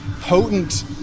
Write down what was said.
potent